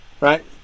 right